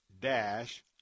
dash